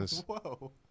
Whoa